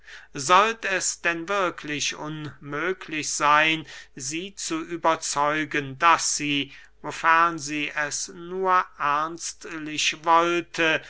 sollt es denn wirklich unmöglich seyn sie zu überzeugen daß sie wofern sie es nur ernstlich wollte